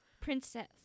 princess